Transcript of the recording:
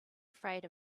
afraid